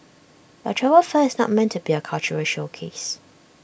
A travel fair is not meant to be A cultural showcase